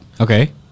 Okay